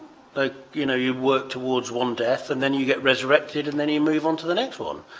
ah you know you work towards one death and then you get resurrected and then you move on to the next one.